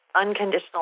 unconditional